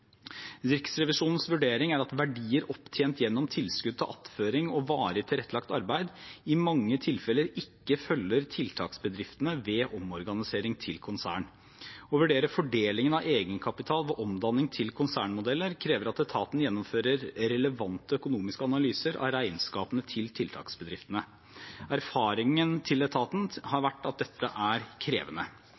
Riksrevisjonens vurdering er at verdier opptjent gjennom tilskudd til attføring og varig tilrettelagt arbeid i mange tilfeller ikke følger tiltaksbedriftene ved omorganisering til konsern. Å vurdere fordelingen av egenkapital ved omdanning til konsernmodeller krever at etaten gjennomfører relevante økonomiske analyser av regnskapene til tiltaksbedriftene. Erfaringen til etaten har vært at dette er krevende.